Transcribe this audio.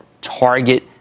Target